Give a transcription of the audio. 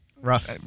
Rough